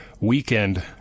weekend